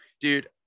dude